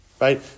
right